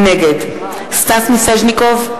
נגד סטס מיסז'ניקוב,